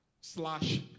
slash